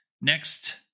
Next